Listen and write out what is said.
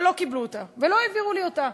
שלא קיבלו אותה ולא העבירו לי אותה.